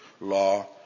law